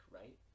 right